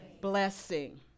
blessing